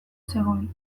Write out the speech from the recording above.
zegoen